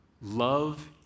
Love